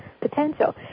potential